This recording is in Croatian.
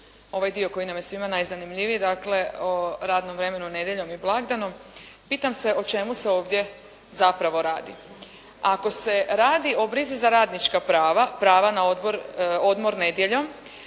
ovaj dio koji nam je svima najzanimljiviji, dakle o radnom vremenu nedjeljom i blagdanom. Pitam se o čemu se ovdje zapravo radi. Ako se radi o brizi za radnička prava, prava na odmor nedjeljom,